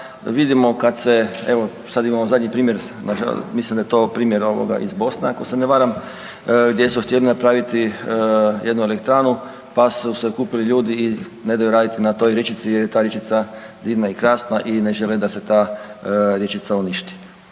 vidimo da kad se evo sad imamo zadnji primjer mislim da je to primjer iz Bosne ako se ne varam, gdje su htjeli napraviti jednu elektranu pa su se skupili ljudi i ne daju raditi na toj rječici jel je ta rječica divna i krasna i ne žele da se ta rječica uništi.